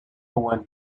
went